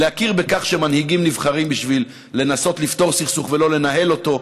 להכיר בכך שמנהיגים נבחרים בשביל לנסות לפתור סכסוך ולא לנהל אותו.